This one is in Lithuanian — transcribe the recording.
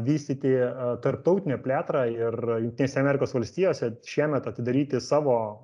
vystyti tarptautinę plėtrą ir jungtinėse amerikos valstijose šiemet atidaryti savo